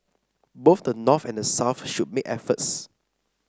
both the North and the South should make efforts